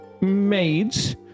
maids